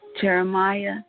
Jeremiah